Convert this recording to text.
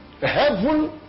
Heaven